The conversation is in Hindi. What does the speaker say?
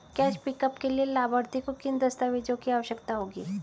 कैश पिकअप के लिए लाभार्थी को किन दस्तावेजों की आवश्यकता होगी?